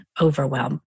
overwhelm